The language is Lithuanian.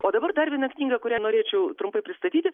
o dabar dar vieną knygą kurią norėčiau trumpai pristatyti